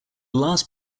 last